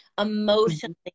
Emotionally